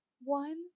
One